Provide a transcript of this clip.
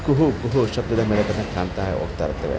ಕುಹೂ ಕುಹೂ ಶಬ್ದದ ಕಾಣ್ತಾ ಹೋಗ್ತಾ ಇರ್ತೇವೆ